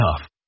tough